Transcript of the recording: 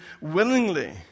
willingly